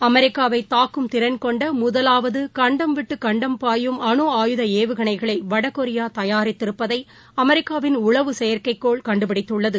அமெிக்காவைதாக்கும் திறன் கொண்டமுதலாவதுகண்டம் விட்டுகண்டம் பாயும் அணு ஆயுத ஏவுகணைகளைவடகொரியாதயாரித்திருப்பதைஅமெரிக்காவின் உளவு செயற்கைக்கோள் கண்டுபிடித்துள்ளது